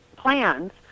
plans